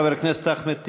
חבר הכנסת אחמד טיבי.